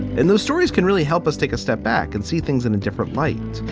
and those stories can really help us take a step back and see things in a different light,